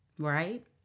Right